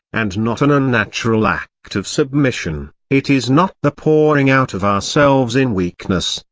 and not an unnatural act of submission it is not the pouring-out of ourselves in weakness,